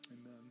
amen